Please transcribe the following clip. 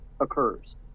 occurs